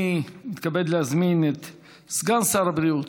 אני מתכבד להזמין את סגן שר הבריאות,